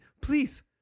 please